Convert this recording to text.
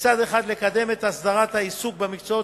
מצד אחד לקדם את הסדרת העיסוק במקצועות